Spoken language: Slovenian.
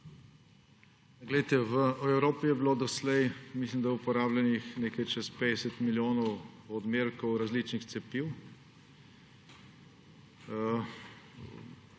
V Evropi je bilo doslej, mislim da uporabljenih nekaj čez 50 milijonov odmerkov različnih cepiv.